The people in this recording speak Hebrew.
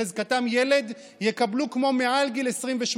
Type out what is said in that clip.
שבחזקתם ילד יקבלו כמו מעל גיל 28,